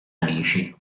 amici